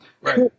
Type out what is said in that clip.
Right